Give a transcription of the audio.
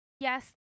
yes